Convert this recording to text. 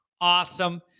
awesome